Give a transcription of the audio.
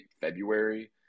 February